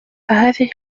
هذه